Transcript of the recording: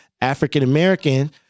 African-American